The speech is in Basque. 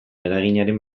eraginaren